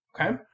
Okay